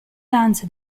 danze